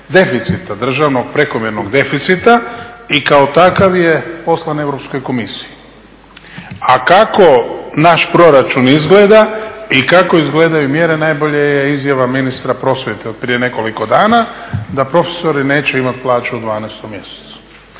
deficita državnog, prekomjernog deficita i kako takav je poslan Europskoj komisiji. A kako naš proračun izgleda i kako izgledaju mjere najbolje je izjava ministra prosvjete od prije nekoliko dana da profesori neće imati plaću u 12 mjesecu.